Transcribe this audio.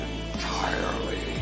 entirely